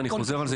ואני חוזר על זה,